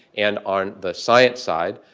and on the science side.